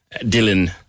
Dylan